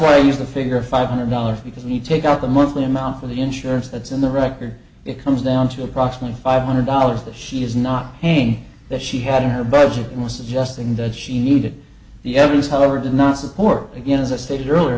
why i used the figure five hundred dollars because we take out the monthly amount for the insurance that's in the record it comes down to approximately five hundred dollars that she is not paying that she had in her budget and was suggesting that she needed the evidence however did not support again as i stated earlier